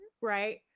right